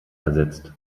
ersetzt